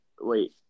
wait